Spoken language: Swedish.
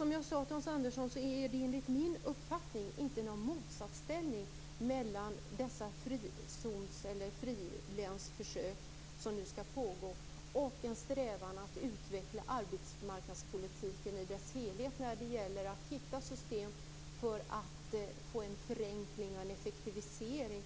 Som jag sade till Hans Andersson är det dock enligt min uppfattning inte någon motsatsställning mellan de frizons eller frilänsförsök som nu skall pågå och strävan efter att utveckla arbetsmarknadspolitiken i dess helhet när det gäller att hitta system för att få en förenkling och en effektivisering